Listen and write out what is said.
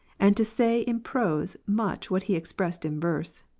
and to say in prose much what he expressed in verse.